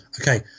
Okay